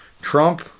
Trump